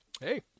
hey